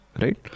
right